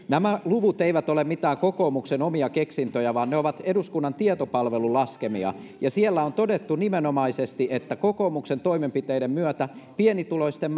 nämä luvut eivät ole mitään kokoomuksen omia keksintöjä vaan ne ovat eduskunnan tietopalvelun laskemia ja siellä on todettu nimenomaisesti että kokoomuksen toimenpiteiden myötä pienituloisten